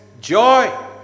joy